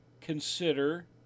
consider